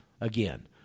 again